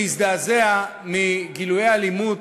להזדעזע מגילויי האלימות,